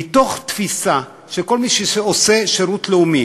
ומתוך תפיסה שכל מי שעושים שירות לאומי